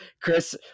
chris